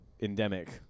endemic